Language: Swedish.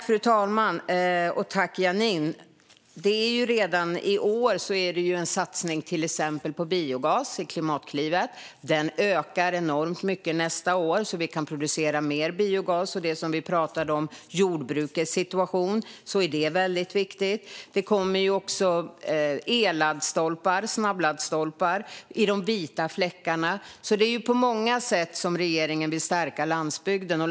Fru talman! Redan i år har vi till exempel en satsning på biogas i Klimatklivet. Den ökar enormt mycket nästa år så att vi kan producera mer biogas. Också med tanke på jordbrukets situation, som vi pratade om tidigare, är det väldigt viktigt. Det kommer också elladdstolpar, snabbladdstolpar, i de vita fläckarna. Det är på många sätt regeringen vill stärka landsbygden.